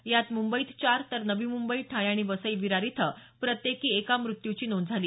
यात मुंबईत चार तर नवी मुंबई ठाणे आणि वसई विरार इथं प्रत्येकी एका मृत्यूची नोंद झाली